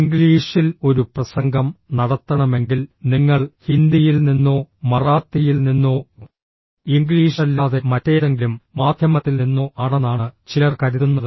ഇംഗ്ലീഷിൽ ഒരു പ്രസംഗം നടത്തണമെങ്കിൽ നിങ്ങൾ ഹിന്ദിയിൽ നിന്നോ മറാത്തിയിൽ നിന്നോ ഇംഗ്ലീഷല്ലാതെ മറ്റേതെങ്കിലും മാധ്യമത്തിൽ നിന്നോ ആണെന്നാണ് ചിലർ കരുതുന്നത്